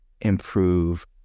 improve